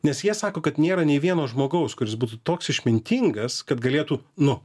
nes jie sako kad nėra nei vieno žmogaus kuris būtų toks išmintingas kad galėtų nu